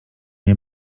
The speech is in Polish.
nie